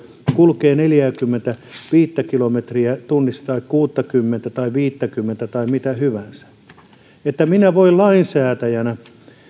kulkee neljääkymmentäviittä kilometriä tunnissa tai kuuttakymmentä tai viittäkymmentä tai mitä hyvänsä niin minä voin lainsäätäjänä